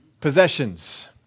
possessions